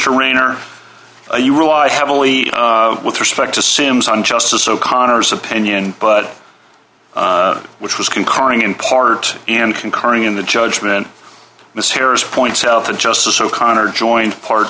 r rayner you rely heavily with respect to sims on justice o'connor's opinion but which was concurring in part and concurring in the judgment miss harris points out and justice o'connor joined part